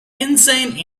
insane